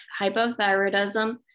hypothyroidism